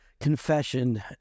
confession